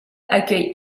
accueille